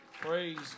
Praise